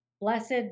Blessed